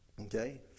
Okay